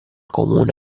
comune